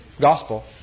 gospel